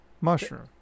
Mushroom